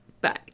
bye